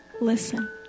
Listen